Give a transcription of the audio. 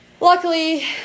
Luckily